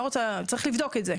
צריך לבדוק את זה.